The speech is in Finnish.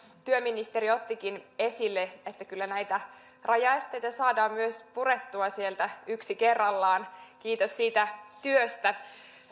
työministeri ottikin esille sen että kyllä näitä rajaesteitä saadaan myös purettua sieltä yksi kerrallaan kiitos siitä työstä